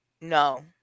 No